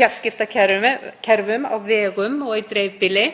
fjarskiptakerfum á vegum og í dreifbýli